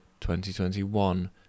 2021